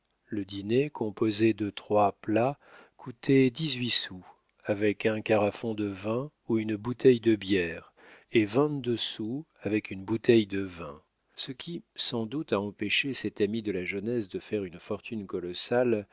le dîner composé de trois plats coûtait dix-huit sous avec un carafon de vin ou une bouteille de bière et vingt-deux sous avec une bouteille de vin ce qui sans doute a empêché cet ami de la jeunesse de faire une fortune colossale